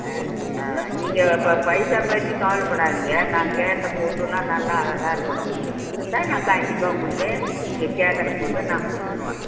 ஆ ஆ நீங்கள் இப்போ பைசா பற்றி கவலைப்படாதீங்க நான் கேட்ட பொருள் எல்லாம் நல்லா அழகாக இருக்கணும் இருந்தால் நான் கண்டிப்பாக உங்களுக்கே நீங்கள் கேட்கற பொருளை நான் கொடுத்துருவேன்